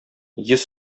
йөз